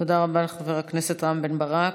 תודה רבה לחבר הכנסת רם בן ברק.